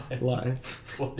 life